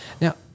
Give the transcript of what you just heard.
Now